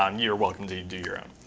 um you're welcome to do your own.